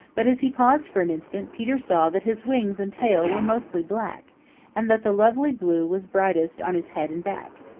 but as he paused for an instant peter saw that his wings and tail were mostly black and that the lovely blue was brightest on his head and back.